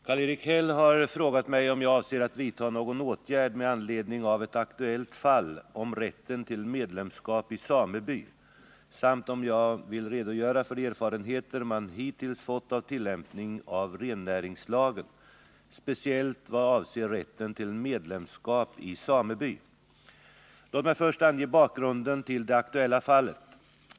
Herr talman! Karl-Erik Häll har frågat mig om jag avser att vidta någon åtgärd med anledning av ett aktuellt fall om rätten till medlemskap i sameby samt om jag vill redogöra för de erfarenheter man hittills fått av tillämpningen av rennäringslagen, speciellt vad avser rätten till medlemskap i sameby. Låt mig först ange bakgrunden till det aktuella fallet.